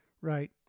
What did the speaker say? Right